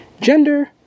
gender